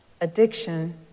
addiction